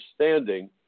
understanding